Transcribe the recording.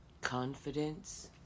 Confidence